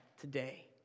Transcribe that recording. today